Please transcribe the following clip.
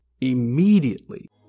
Immediately